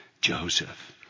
Joseph